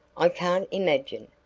i can't imagine,